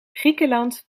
griekenland